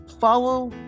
follow